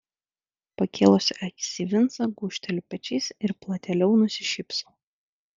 pakėlusi akis į vincą gūžteliu pečiais ir platėliau nusišypsau